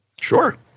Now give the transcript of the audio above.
Sure